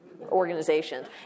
organizations